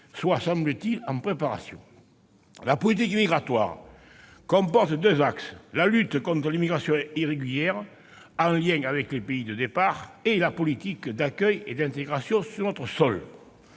est, semble-t-il, en préparation. La politique migratoire comporte deux axes : la lutte contre l'immigration irrégulière, en lien avec les pays de départ, et la politique d'accueil et d'intégration sur notre sol.